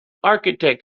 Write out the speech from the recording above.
architect